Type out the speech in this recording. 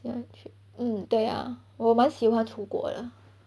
ya 去 mm 对呀我蛮喜欢出国的